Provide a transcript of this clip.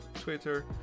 Twitter